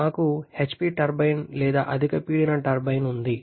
మాకు HP turbine లేదా అధిక పీడన టర్బైన్ ఉంది